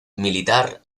militar